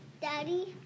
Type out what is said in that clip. Daddy